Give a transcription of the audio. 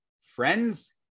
Friends